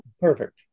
perfect